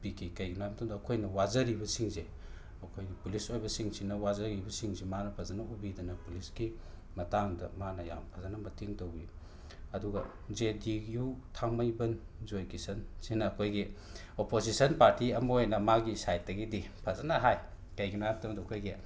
ꯄꯤꯈꯤ ꯀꯩꯒꯤꯅꯣ ꯍꯥꯏꯕ ꯃꯇꯝꯗ ꯑꯩꯈꯣꯏꯅ ꯋꯥꯖꯔꯤꯕꯁꯤꯡꯁꯦ ꯑꯩꯈꯣꯏꯒꯤ ꯄꯨꯂꯤꯁ ꯑꯣꯏꯕꯁꯤꯡꯁꯤꯅ ꯋꯥꯖꯔꯤꯕꯁꯤꯡꯁꯤ ꯃꯥꯅ ꯐꯖꯅ ꯎꯕꯤꯗꯅ ꯄꯨꯂꯤꯁꯀꯤ ꯃꯇꯥꯡꯗ ꯃꯥꯅ ꯌꯥꯝ ꯐꯖꯅ ꯃꯇꯦꯡ ꯇꯧꯕꯤ ꯑꯗꯨꯒ ꯖꯦ ꯗꯤ ꯏꯌꯨ ꯊꯥꯡꯃꯩꯕꯟ ꯖꯣꯏꯀꯤꯁꯟꯁꯤꯅ ꯑꯩꯈꯣꯏꯒꯤ ꯑꯣꯄꯣꯖꯤꯁꯟ ꯄꯥꯔꯇꯤ ꯑꯃ ꯑꯣꯏꯅ ꯃꯥꯒꯤ ꯁꯥꯏꯠꯇꯒꯤꯗꯤ ꯐꯖꯅ ꯍꯥꯏ ꯀꯩꯒꯤꯅꯣ ꯍꯥꯏꯕ ꯃꯇꯝꯗ ꯑꯩꯈꯣꯏꯒꯤ